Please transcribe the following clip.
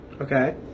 Okay